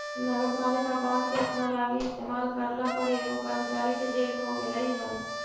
नगरपालिका बॉन्ड के अपना लागी इस्तेमाल करला पर एगो कर्मचारी के जेल हो गेलई हल